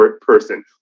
person